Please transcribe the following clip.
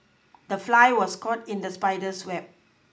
the fly was caught in the spider's web